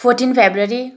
fourteen February